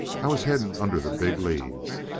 i was hidden under the big leaves.